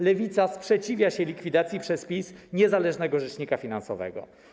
Lewica sprzeciwia się likwidacji przez PiS niezależnego rzecznika finansowego.